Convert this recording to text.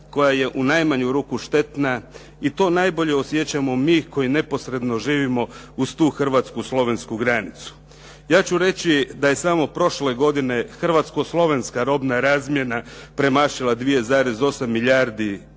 koja je u najmanju ruku štetna i to najbolje osjećamo mi koji neposredno živimo uz tu hrvatsko-slovensku granicu. Ja ću reći da je samo prošle godine hrvatsko-slovenska robna razmjena premašila 2,8 milijardi